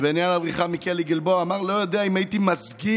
על הבריחה מכלא גלבוע הוא אמר: אני לא יודע אם הייתי מסגיר